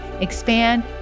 expand